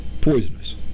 poisonous